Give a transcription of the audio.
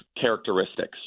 characteristics